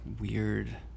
weird